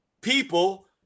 people